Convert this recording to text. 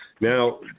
now